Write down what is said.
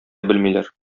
белмиләр